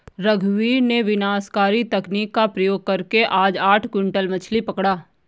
रघुवीर ने विनाशकारी तकनीक का प्रयोग करके आज आठ क्विंटल मछ्ली पकड़ा